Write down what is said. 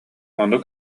ону